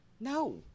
No